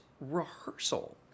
rehearsal